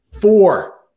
Four